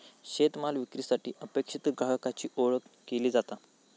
शेतमाल विक्रीसाठी अपेक्षित ग्राहकाची ओळख केली जाता